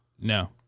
No